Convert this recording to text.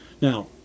Now